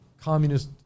communist